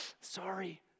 sorry